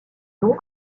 nom